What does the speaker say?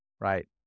right